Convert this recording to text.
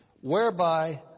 Whereby